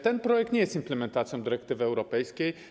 Ten projekt nie jest implementacją dyrektywy europejskiej.